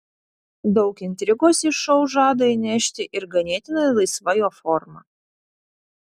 daug intrigos į šou žada įnešti ir ganėtinai laisva jo forma